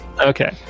okay